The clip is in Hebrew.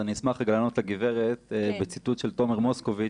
אז אני אשמח רגע לענות לגברת בציטוט של תומר מוסקוביץ',